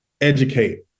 educate